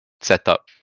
setup